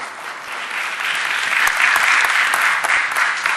(מחיאות כפיים)